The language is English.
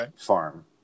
Farm